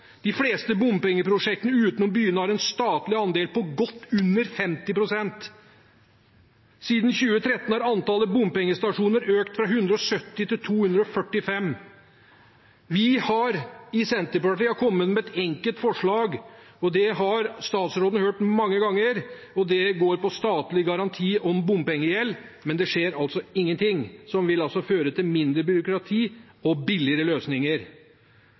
De fleste bompengeprosjektene utenom byene har en statlig andel på godt under 50 pst. Siden 2013 har antall bompengestasjoner økt fra 170 til 245. Vi i Senterpartiet har kommet med et enkelt forslag, som statsråden har hørt mange ganger, og som går på statlig garanti for bompengegjeld. Men det skjer altså ingenting som vil føre til mindre byråkrati og billigere løsninger.